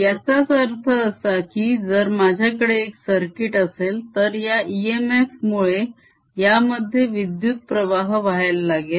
याचाच अर्थ असा की जर माझ्याकडे एक सर्किट असेल तर या इएमएफ मुळे यामध्ये विद्युत प्रवाह वाहायला लागेल